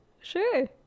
sure